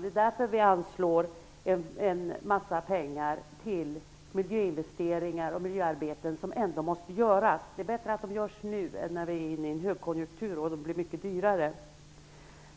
Det är därför vi föreslår att man skall anslå en massa pengar till miljöinvesteringar och miljöarbeten som ändå måste göras. Det är bättre att de görs nu än i en högkonjunktur då det blir mycket dyrare.